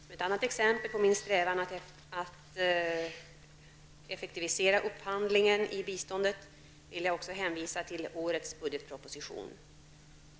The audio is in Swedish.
Som ett annat exempel på min strävan efter att effektivisera upphandlingen i biståndet vill jag också hänvisa till årets budgetproposition.